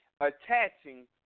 attaching